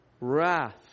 wrath